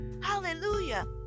hallelujah